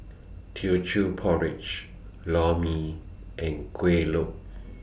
Teochew Porridge Lor Mee and Kueh Lopes